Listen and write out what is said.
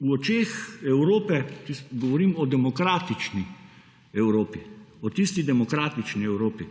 v očeh Evrope, govorim o demokratični Evropi, o tisti demokratični Evropi,